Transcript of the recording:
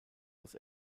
los